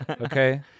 Okay